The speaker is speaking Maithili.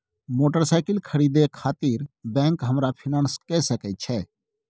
मोटरसाइकिल खरीदे खातिर बैंक हमरा फिनांस कय सके छै?